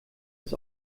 das